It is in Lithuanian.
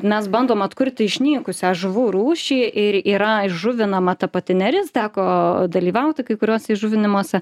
mes bandom atkurti išnykusią žuvų rūšį ir yra įžuvinama ta pati neris teko dalyvauti kai kuriuose įžuvinimuose